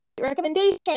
recommendation